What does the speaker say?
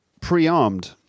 Pre-armed